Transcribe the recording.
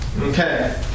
Okay